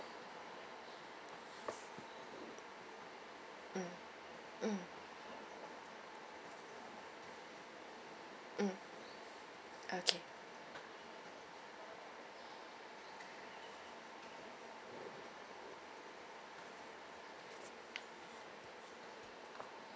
mm mm mm okay